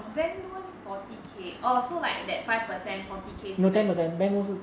then loan forty K orh so like that five percent forty K 是 bank loan